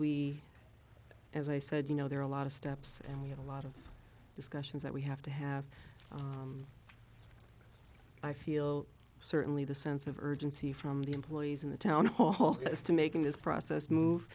we as i said you know there are a lot of steps and we have a lot of discussions that we have to have i feel certainly the sense of urgency from the employees in the town hall is to making this process move